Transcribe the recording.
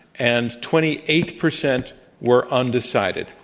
and twenty eight percent were undecided.